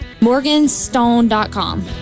morganstone.com